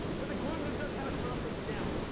but the groom knew just how to calm things down.